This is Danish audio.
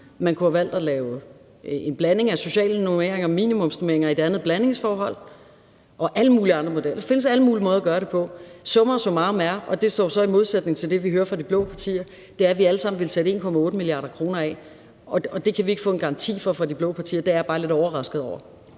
man kunne have valgt at lave en blanding af sociale normeringer, minimumsnormeringer, altså et andet blandingsforhold, og man kunne have valgt alle mulige andre modeller. Der findes alle mulige måder at gøre det på. Summa summarum – og det står jo så i modsætning til det, vi hører fra de blå partier – ville vi alle sammen sætte 1,8 mia. kr. af, og det kan vi ikke få en garanti for fra de blå partier. Det er jeg bare lidt overrasket over.